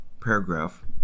paragraph